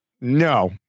No